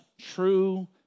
true